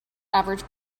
average